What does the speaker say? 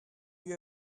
you